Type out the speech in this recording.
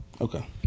Okay